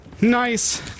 Nice